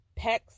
pecs